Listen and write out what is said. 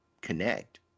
connect